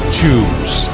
Choose